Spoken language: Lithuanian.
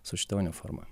su šita uniforma